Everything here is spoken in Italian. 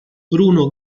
bruno